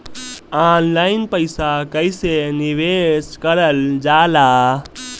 Online पईसा कईसे निवेश करल जाला?